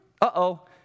Uh-oh